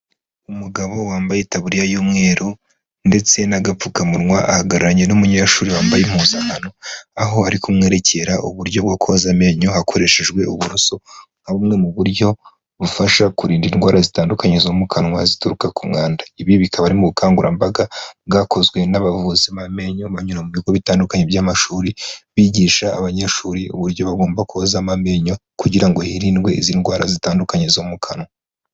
Umugabo wambaye itaburiya y'umweru ndetse n'agapfukamunwa ahagararanye n'umunyeshuri wambaye impuzankano, aho arikumwerekera uburyo bwo koza amenyo hakoreshejwe uburoso nka bumwe mu buryo bufasha kurinda indwara zitandukanye zo mu kanwa zituruka ku mwanda. Ibi bikaba ari mu bukangurambaga bwakozwe n'abavuzi b'amenyo banyura mu bigo bitandukanye by'amashuri, bigisha abanyeshuri uburyo bagomba kozamo amenyo kugira ngo hirindwe izi ndwara zitandukanye zo mu kanwa.